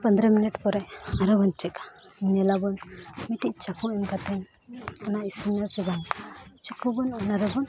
ᱯᱚᱸᱫᱨᱚ ᱯᱚᱨᱮ ᱟᱨᱦᱚᱸ ᱵᱚᱱ ᱧᱮᱞᱟᱵᱚᱱ ᱢᱤᱫᱴᱤᱡ ᱪᱟᱠᱩ ᱮᱢ ᱠᱟᱛᱮᱫ ᱚᱱᱟ ᱤᱥᱤᱮᱱᱟ ᱥᱮ ᱵᱟᱝ ᱪᱟᱠᱩ ᱵᱚᱱ ᱚᱱᱟ ᱨᱮᱵᱚᱱ